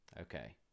Okay